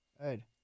Good